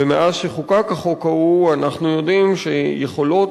ומאז שחוקק החוק ההוא אנחנו יודעים שיכולות